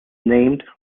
named